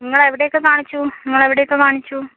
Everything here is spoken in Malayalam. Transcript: നിങ്ങളെവിടെയൊക്കെ കാണിച്ചു നിങ്ങളെവിടെയൊക്കെ കാണിച്ചു